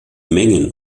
mengen